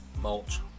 mulch